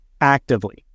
actively